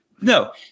No